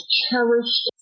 cherished